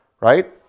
right